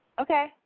Okay